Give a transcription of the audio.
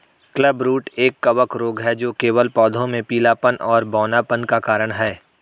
clubroot एक कवक रोग है जो केवल पौधों में पीलापन और बौनापन का कारण है